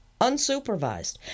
unsupervised